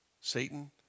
Satan